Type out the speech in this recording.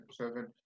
Seven